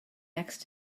next